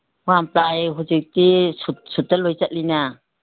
one ꯄ꯭ꯂꯥꯏ ꯍꯧꯖꯤꯛꯇꯤ ꯁꯨꯠ ꯁꯨꯠꯇ ꯂꯣꯏ ꯆꯠꯂꯤꯅꯦ